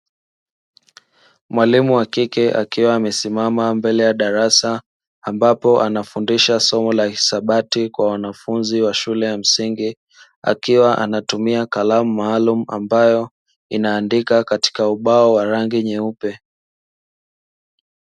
Mwalimu wa kike akiwa amesimama mbele ya darasa, ambapo anafundisha somo la hisabati kwa wanafunzi wa shule ya msingi; akiwa anatumia kalamu maalumu ambayo inaandika katika ubao wa rangi nyeupe.